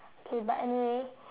okay but anyway